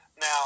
Now